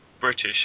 British